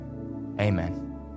amen